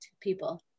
people